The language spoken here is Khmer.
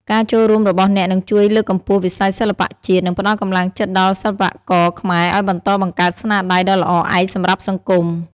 ការចូលរួមរបស់អ្នកនឹងជួយលើកកម្ពស់វិស័យសិល្បៈជាតិ និងផ្តល់កម្លាំងចិត្តដល់សិល្បករខ្មែរឲ្យបន្តបង្កើតស្នាដៃដ៏ល្អឯកសម្រាប់សង្គម។